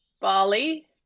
Bali